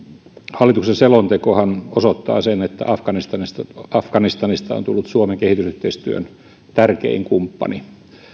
hallituksen selontekohan osoittaa sen että afganistanista afganistanista on tullut suomen kehitysyhteistyön tärkein kumppani